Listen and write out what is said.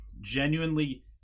genuinely